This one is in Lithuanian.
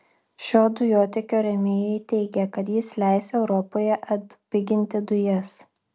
šio dujotiekio rėmėjai teigia kad jis leis europoje atpiginti dujas